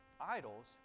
idols